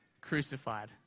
crucified